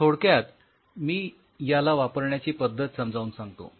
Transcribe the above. तर थोडक्यात मी याला वापरण्याची पद्धत समजावून सांगतो